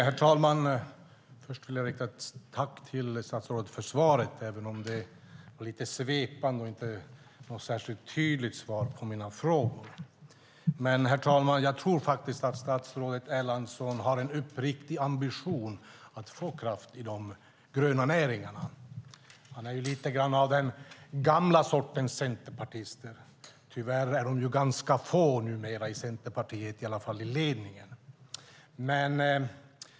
Herr talman! Först vill jag rikta ett tack till statsrådet för svaret, även om det var lite svepande och inte något särskilt tydligt svar på mina frågor. Men, herr talman, jag tror faktiskt att statsrådet Erlandsson har en uppriktig ambition att få kraft i de gröna näringarna. Han är ju lite grann den gamla sortens centerpartist. Tyvärr är de nu ganska få i Centerpartiet, i alla fall i ledningen.